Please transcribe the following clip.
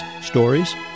stories